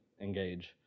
engage